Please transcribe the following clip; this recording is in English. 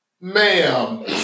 Ma'am